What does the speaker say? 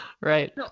right